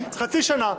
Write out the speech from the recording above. אלא חצי שנה,